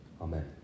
amen